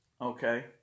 Okay